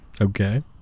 Okay